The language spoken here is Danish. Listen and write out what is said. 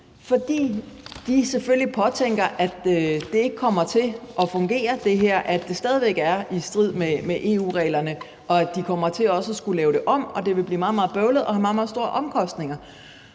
fordi man selvfølgelig påtænker, at det her ikke kommer til at fungere, at det stadig væk er i strid med EU-reglene, og at man også kommer til at skulle lave det om, og at det vil blive meget bøvlet og have meget, meget store omkostninger.